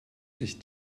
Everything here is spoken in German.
sich